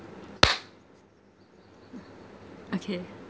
okay